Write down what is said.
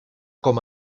com